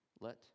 let